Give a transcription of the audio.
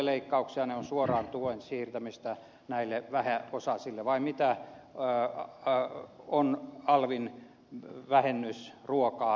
ne ovat suoraan tuen siirtämistä näille vähäosaisille vai mitä on alvin vähennys ruokaan